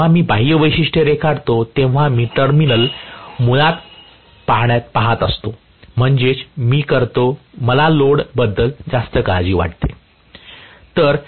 जेव्हा मी बाह्य वैशिष्ट्ये रेखाटतो तेव्हा मी टर्मिनल मुळात पाहत असतो म्हणजेच मी करतो मला लोड बद्दल जास्त काळजी वाटते